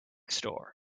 store